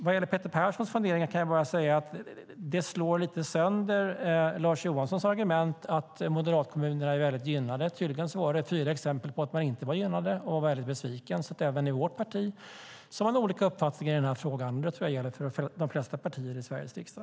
Vad gäller Peter Perssons fundering kan jag bara säga att den slår lite sönder Lars Johanssons argument att moderatkommunerna är väldigt gynnade. Tydligen var det fyra exempel på att man inte var gynnade och var väldigt besvikna. Så även i vårt parti har vi olika uppfattningar i den här frågan, och det tror jag gäller för de flesta partier i Sveriges riksdag.